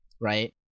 Right